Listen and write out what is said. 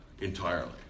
entirely